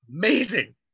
amazing